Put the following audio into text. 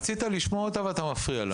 רצית לשמוע אותה ואתה מפריע לה.